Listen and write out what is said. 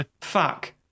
fuck